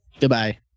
Goodbye